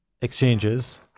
exchanges